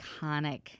iconic